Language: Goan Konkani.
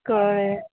कळ्ळें